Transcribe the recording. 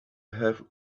have